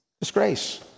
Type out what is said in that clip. Disgrace